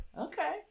Okay